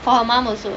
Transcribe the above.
for her mom also